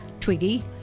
Twiggy